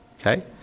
okay